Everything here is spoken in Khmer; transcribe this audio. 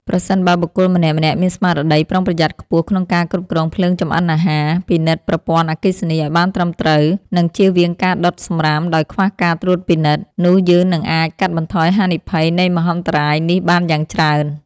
ប្រសិនបើបុគ្គលម្នាក់ៗមានស្មារតីប្រុងប្រយ័ត្នខ្ពស់ក្នុងការគ្រប់គ្រងភ្លើងចម្អិនអាហារ ពិនិត្យប្រព័ន្ធអគ្គិសនីឱ្យបានត្រឹមត្រូវ និងចៀសវាងការដុតសម្រាមដោយខ្វះការត្រួតពិនិត្យ នោះយើងនឹងអាចកាត់បន្ថយហានិភ័យនៃមហន្តរាយនេះបានយ៉ាងច្រើន។